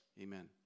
Amen